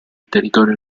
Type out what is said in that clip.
territorio